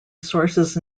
sources